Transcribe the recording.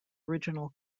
original